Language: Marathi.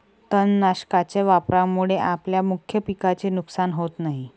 तणनाशकाच्या वापरामुळे आपल्या मुख्य पिकाचे नुकसान होत नाही